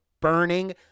burning